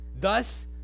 Thus